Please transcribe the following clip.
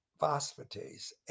phosphatase